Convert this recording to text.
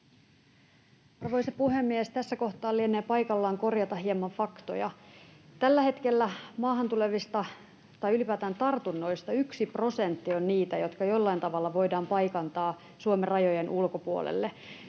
Arvoisa puhemies! Tässä kohtaa lienee paikallaan korjata hieman faktoja. Tällä hetkellä tartunnoista yksi prosentti on niitä, jotka jollain tavalla voidaan paikantaa Suomen rajojen ulkopuolelle.